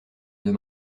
deux